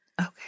Okay